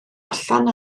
allan